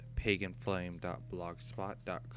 PaganFlame.blogspot.com